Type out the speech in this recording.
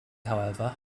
however